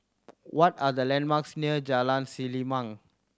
what are the landmarks near Jalan Selimang